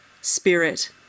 spirit